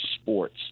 sports